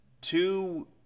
two